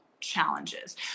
challenges